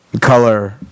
color